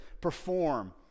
perform